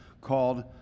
called